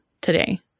today